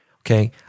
okay